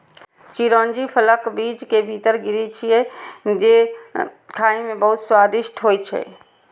चिरौंजी फलक बीज के भीतर गिरी छियै, जे खाइ मे बहुत स्वादिष्ट होइ छै